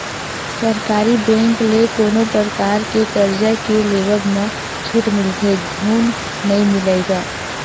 सरकारी बेंक ले कोनो परकार के करजा के लेवब म छूट मिलथे धून नइ मिलय गा?